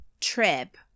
trip